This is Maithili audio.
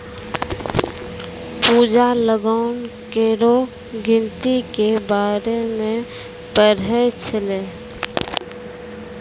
पूजा लगान केरो गिनती के बारे मे पढ़ै छलै